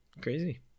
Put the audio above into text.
crazy